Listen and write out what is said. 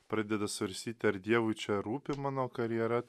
pradeda svarstyti ar dievui čia rūpi mano karjera